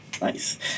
nice